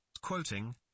quoting